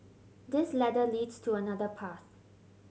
this ladder leads to another path